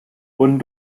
wurden